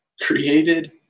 created